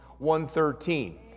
1.13